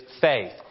faith